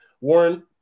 Warren